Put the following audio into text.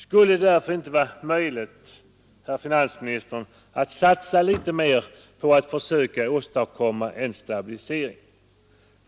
Skulle det därför inte vara möjligt, herr finansminister, att satsa litet mer på att försöka åstadkomma en stabilisering?